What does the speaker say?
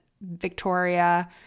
Victoria